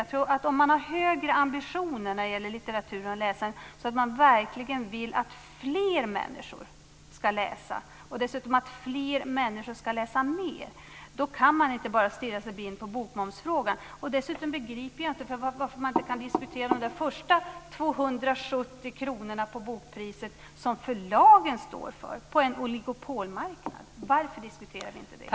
Jag tror att om man har högre ambitioner när det gäller litteratur och läsande så att man verkligen vill att fler människor ska läsa och att fler människor ska läsa mer, kan man inte bara stirra sig blind på bokmomsfrågan. Dessutom begriper jag inte varför man inte kan diskutera de första 270 kronorna av bokpriset som förlagen står för på en oligopolmarknad. Varför diskuterar vi inte detta?